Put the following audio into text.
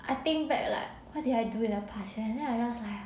I think back like what did I do in the past then I just like